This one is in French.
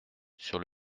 sur